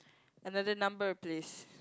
another number please